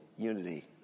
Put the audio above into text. unity